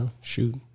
Shoot